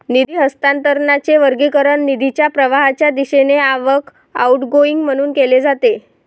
निधी हस्तांतरणाचे वर्गीकरण निधीच्या प्रवाहाच्या दिशेने आवक, आउटगोइंग म्हणून केले जाते